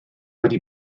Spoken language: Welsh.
wedi